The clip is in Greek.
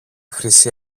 χρυσή